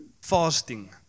fasting